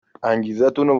انگیزتونو